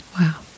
wow